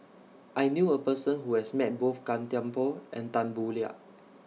I knew A Person Who has Met Both Gan Thiam Poh and Tan Boo Liat